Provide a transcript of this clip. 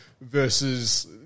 versus